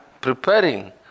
preparing